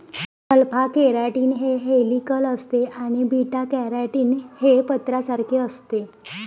alpha keratin हे helical असते आणि बीटा केराटीन हे पत्र्यासारखे असते